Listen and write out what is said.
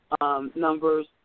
numbers